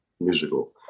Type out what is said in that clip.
musical